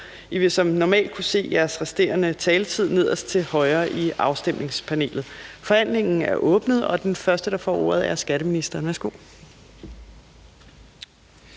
I vil som normalt kunne se jeres resterende taletid nederst til højre i afstemningspanelet. Forhandlingen er åbnet, og den første, der får ordet, er skatteministeren. Værsgo.